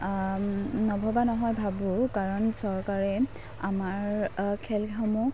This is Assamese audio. নভবা নহয় ভাবোঁ কাৰণ চৰকাৰে আমাৰ খেলসমূহ